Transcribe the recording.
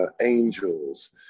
angels